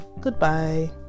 Goodbye